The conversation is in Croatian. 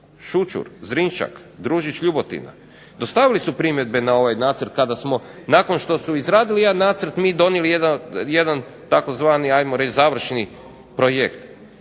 Šućur, Zrinjščak, Družić-LJubotina, dostavili su primjedbe na ovaj Nacrt kada smo, nakon što smo izradili jedan nacrt mi donijeli jedan tzv. završni projekt.